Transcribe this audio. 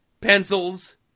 pencils